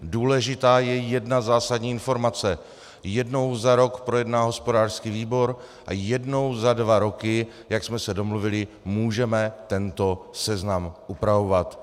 Důležitá je jedna zásadní informace: Jednou za rok projedná hospodářský výbor a jednou za dva roky, jak jsme se domluvili, můžeme tento seznam upravovat.